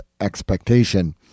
expectation